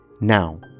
Now